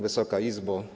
Wysoka Izbo!